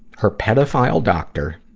her pedophile doctor,